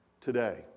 today